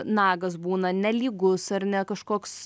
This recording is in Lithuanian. nagas būna nelygus ar ne kažkoks